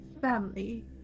family